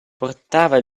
portava